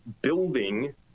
building